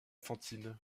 fantine